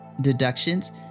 deductions